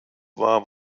war